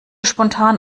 spontan